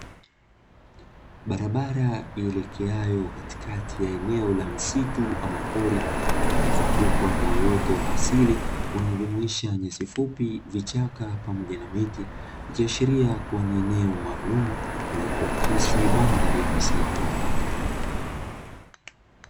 Barabara ielekeayo katikati ya eneo la misitu ama pori, lililozungukwa na uoto wa asili unaojumuisha nyasi fupi, vichaka pamoja na miti. Ikiashiria kuwa ni eneo maalum lenye kuakisi mandhari ya misitu.